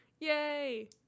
yay